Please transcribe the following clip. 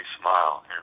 smile